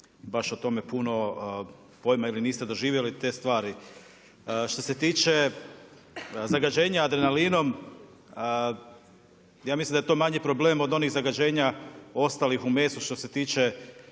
baš o tome puno pojma ili niste doživjeli te stvari. Što se tiče zagađenja adrenalinom, ja mislim da je to manji problem od onih zagađenja ostalih u mesu što se tiče